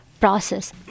process